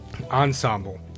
ensemble